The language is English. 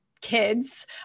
kids